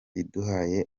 iduhaye